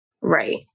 Right